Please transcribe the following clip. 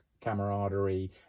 camaraderie